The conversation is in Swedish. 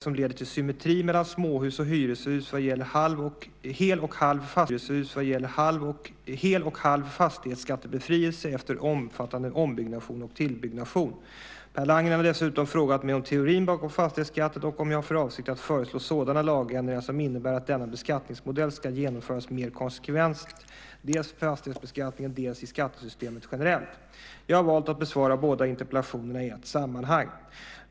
Herr talman! Per Landgren har frågat mig om jag avser att föreslå sådana regeländringar som innebär att ombyggnation och tillbyggnation av gamla småhus kan leda till nedsättning av fastighetsskatten. Landgren har vidare frågat mig om jag avser att föreslå sådana regeländringar som leder till symmetri mellan småhus och hyreshus vad gäller hel och halv fastighetsskattebefrielse efter omfattande ombyggnation och tillbyggnation. Per Landgren har dessutom frågat mig om teorin bakom fastighetsskatten och om jag har för avsikt att föreslå sådana lagändringar som innebär att denna beskattningsmodell ska genomföras mer konsekvent dels i fastighetsbeskattningen, dels i skattesystemet generellt. Jag har valt att besvara båda interpellationerna i ett sammanhang.